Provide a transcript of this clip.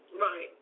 Right